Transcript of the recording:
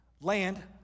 land